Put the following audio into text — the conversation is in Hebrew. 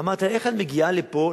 אמרתי לה: איך את מגיעה לפה,